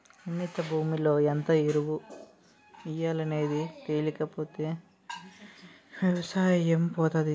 నిర్ణీత భూమిలో ఎంత ఎరువు ఎయ్యాలనేది తెలీకపోతే ఎవసాయం పోతాది